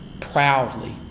proudly